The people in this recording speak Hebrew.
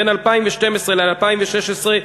בין 2012 ל-2016,